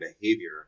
behavior